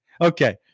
Okay